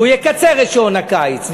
והוא יקצר את שעון הקיץ.